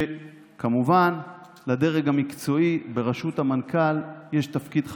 כמובן לדרג המקצועי בראשות המנכ"ל יש תפקיד חשוב,